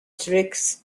tricks